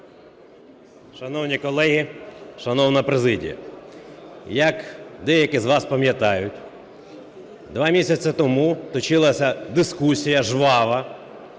Шановні колеги, шановна президія! Як деякі з вас пам'ятають, 2 місяці тому точилася дискусія жвава,